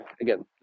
again